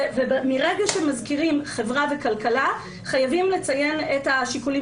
ברגע שמזכירים חברה וכלכלה חייבים לציין את השיקולים